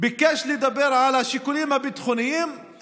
ביקש לדבר על השיקולים הביטחוניים,